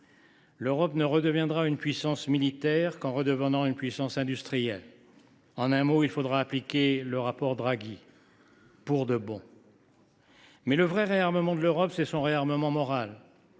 L’Europe ne redeviendra une puissance militaire qu’en redevenant une puissance industrielle. En un mot, il faudra appliquer le rapport Draghi, et pour de bon. Mais le vrai réarmement de l’Europe, c’est son réarmement moral.